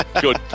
Good